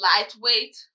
lightweight